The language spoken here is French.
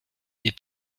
n’est